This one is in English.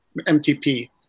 MTP